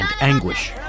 anguish